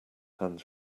hands